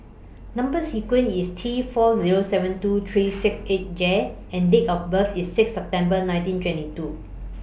Number sequence IS T four Zero seven two three six eight J and Date of birth IS six September nineteen twenty two